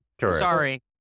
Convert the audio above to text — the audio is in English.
Sorry